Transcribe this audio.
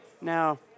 Now